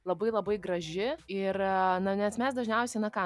labai labai graži ir na nes mes dažniausiai na ką